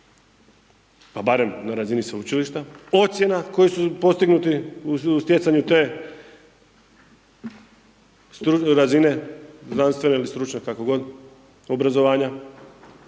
pa barem na razini sveučilišta, ocjena koju su postignuti u stjecanju te razine znanstvene ili stručne kako god obrazovanja